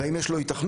האם יש לו היתכנות,